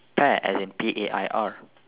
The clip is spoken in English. pear as in P A I R